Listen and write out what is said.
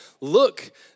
Look